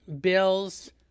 bills